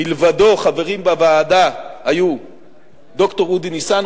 מלבדו היו חברים בוועדה ד"ר אודי ניסן,